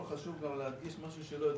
חשוב להדגיש משהו שלא הדגשתי,